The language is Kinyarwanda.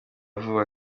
vuba